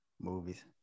movies